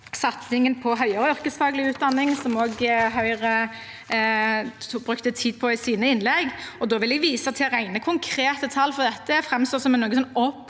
satsingen på høyere yrkesfaglig utdanning, som også Høyre brukte tid på i sine innlegg. Da vil jeg vise til rene, konkrete tall. Dette